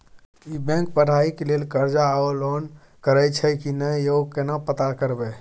ई bank पढ़ाई के लेल कर्ज आ लोन करैछई की नय, यो केना पता करबै?